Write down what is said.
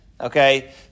okay